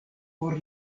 por